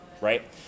right